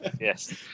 yes